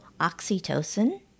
oxytocin